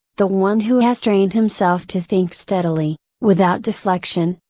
the one who has trained himself to think steadily, without deflection,